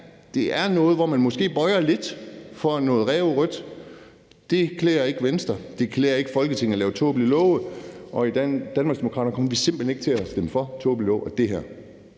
her er noget, hvor man måske bøjer sig lidt for noget ræverødt. Det klæder ikke Venstre. Det klæder ikke Folketinget at lave tåbelige love. I Danmarksdemokraterne kommer vi simpelt hen ikke til at stemme for tåbelige love, og det her